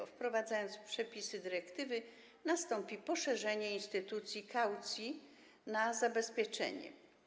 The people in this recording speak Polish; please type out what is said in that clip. Po wprowadzeniu przepisów dyrektywy nastąpi poszerzenie instytucji kaucji na zabezpieczenie.